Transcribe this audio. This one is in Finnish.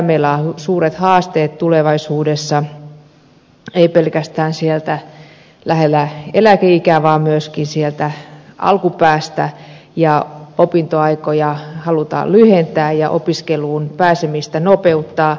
meillä on suuret haasteet tulevaisuudessa ei pelkästään siellä lähellä eläkeikää vaan myöskin siellä alkupäässä ja opintoaikoja halutaan lyhentää ja opiskeluun pääsemistä nopeuttaa